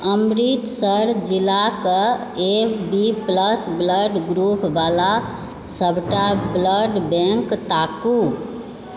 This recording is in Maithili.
अमृतसर जिलाके एबी प्लस ब्लड ग्रुपवला सबटा ब्लड बैंक ताकू